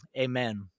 Amen